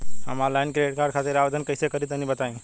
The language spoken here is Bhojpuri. हम आनलाइन क्रेडिट कार्ड खातिर आवेदन कइसे करि तनि बताई?